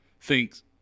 thinks